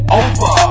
over